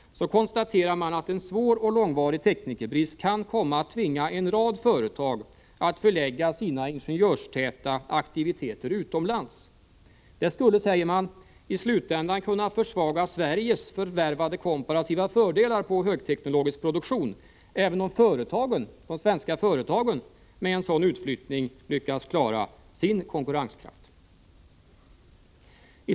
konstateras, att en svår och långvarig teknikerbrist kan komma att tvinga en rad företag att förlägga sina ingenjörstäta aktiviteter utomlands. Det skulle, säger man, i slutändan kunna försvaga Sveriges förvärvade komparativa fördelar på högteknologisk produktion även om de svenska företagen med en sådan utflyttning lyckas spara sin konkurrenskraft.